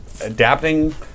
Adapting